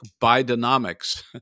Bidenomics